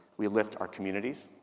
we lift our communities,